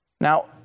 Now